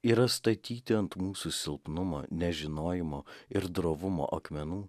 yra statyti ant mūsų silpnumo nežinojimo ir drovumo akmenų